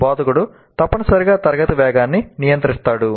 బోధకుడు తప్పనిసరిగా తరగతి వేగాన్ని నియంత్రిస్తాడు